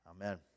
amen